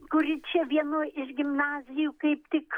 kuri čia vienoj iš gimnazijų kaip tik